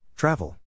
Travel